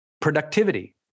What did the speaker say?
productivity